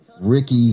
Ricky